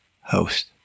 host